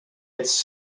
its